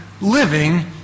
living